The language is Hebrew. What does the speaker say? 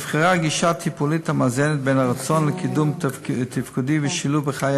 נבחרה גישה טיפולית המאזנת בין הרצון לקידום תפקודי ושילוב בחיי